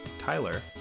Tyler